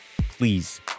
Please